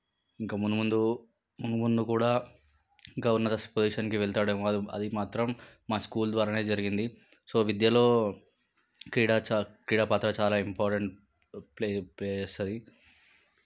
ఇంకా ముందు ముందు కూడా గవర్నన్స్ పొజిషన్కి వెళ్తాడేమో అది అది మాత్రం మా స్కూల్ ద్వారానే జరిగింది సో విద్యలో క్రీడ చా క్రీడ పాత్ర చాలా ఇంపార్టెంట్ ప్లే ప్లే చేస్తుంది